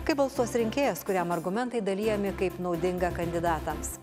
kaip balsuos rinkėjas kuriam argumentai dalijami kaip naudinga kandidatams